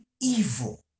evil